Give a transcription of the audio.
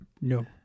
no